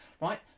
right